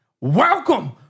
Welcome